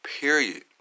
period